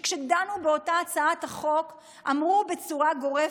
כשדנו באותה הצעת החוק, אמרו בצורה גורפת: